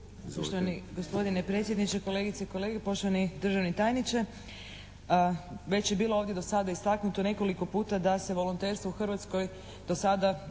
Poštovani gospodine predsjedniče, kolegice i kolege, poštovani državni tajniče. Već je bilo ovdje do sada istaknuto nekoliko puta da se volonterstvo u Hrvatskoj do sada najviše